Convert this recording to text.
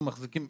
אנחנו מחזיקים,